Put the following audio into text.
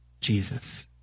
Jesus